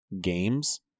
games